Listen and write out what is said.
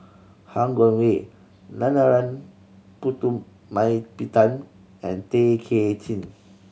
Han Guangwei Narana Putumaippittan and Tay Kay Chin